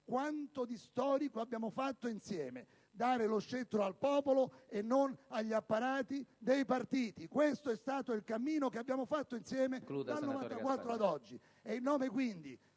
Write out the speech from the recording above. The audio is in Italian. quanto di storico abbiamo fatto insieme: dare lo scettro al popolo e non agli apparati dei partiti. Questo è stato il cammino che abbiamo fatto insieme dal 1994 ad oggi. Quindi,